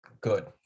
good